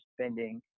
spending